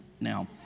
now